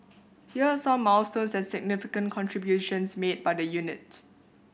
here are some milestones and significant contributions made by the unit